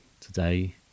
today